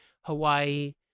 Hawaii